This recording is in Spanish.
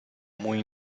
muy